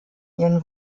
ihren